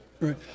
Right